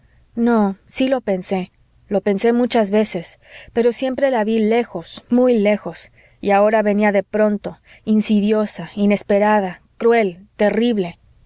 no sí lo pensé lo pensé muchas veces pero siempre la ví lejos muy lejos y ahora venía de pronto insidiosa inesperada cruel terrible